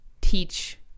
teach